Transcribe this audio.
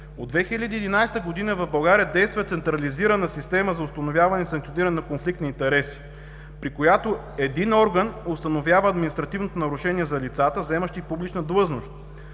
От 2011 г. в България действа централизирана система за установяване и санкциониране на конфликт на интереси, при която един орган установява административното нарушение за лицата, заемащи публична длъжност.